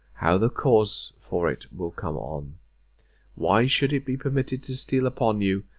how the cause for it will come on why should it be permitted to steal upon you,